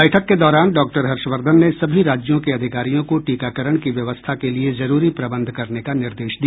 बैठक के दौरान डॉक्टर हर्षवर्धन ने सभी राज्यों के अधिकारियों को टीकाकरण की व्यवस्था के लिए जरूरी प्रबंध करने का निर्देश दिया